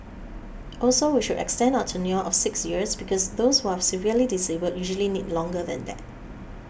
also we should extend our tenure of six years because those who are severely disabled usually need longer than that